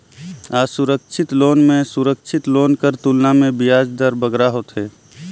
असुरक्छित लोन में सुरक्छित लोन कर तुलना में बियाज दर बगरा होथे